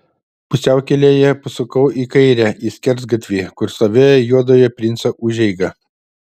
pusiaukelėje pasukau į kairę į skersgatvį kur stovėjo juodojo princo užeiga